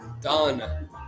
done